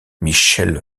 michelle